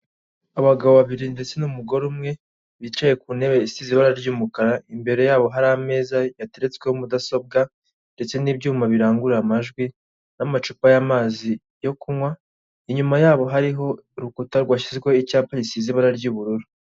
Abagabo babiri ndetse n'umugore umwe bicaye ku ntebe isize ibara ry'umukara. Imbere yabo hari ameza atereretseho mudasobwa ndetse n'ibyuma birangurura amajwi n'amacupa y'amazi yo kunywa, inyuma yabo hariho urukuta rwashyizweho icyapa gisize ibara ry'ubururu.